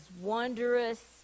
wondrous